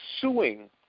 suing